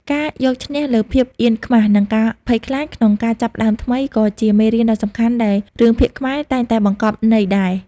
ការយកឈ្នះលើភាពអៀនខ្មាស និងការភ័យខ្លាចក្នុងការចាប់ផ្តើមថ្មីក៏ជាមេរៀនដ៏សំខាន់ដែលរឿងភាគខ្មែរតែងតែបង្កប់ន័យដែរ។